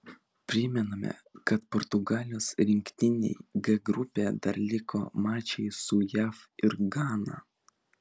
primename kad portugalijos rinktinei g grupėje dar liko mačai su jav ir gana